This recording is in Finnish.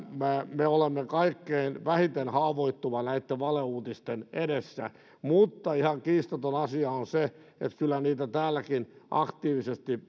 me olemme kaikkein vähiten haavoittuvia näiden valeuutisten edessä mutta ihan kiistaton asia on se että kyllä niitä täälläkin aktiivisesti